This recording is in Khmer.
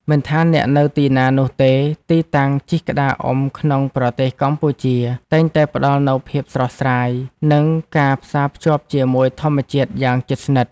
មិនថាអ្នកនៅទីណានោះទេ ទីតាំងជិះក្តារអុំក្នុងប្រទេសកម្ពុជាតែងតែផ្ដល់នូវភាពស្រស់ស្រាយ និងការផ្សារភ្ជាប់ជាមួយធម្មជាតិយ៉ាងជិតស្និទ្ធ។